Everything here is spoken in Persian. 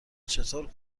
چطور